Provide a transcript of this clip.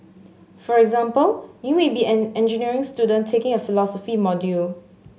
for example you may be an engineering student taking a philosophy module